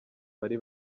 bari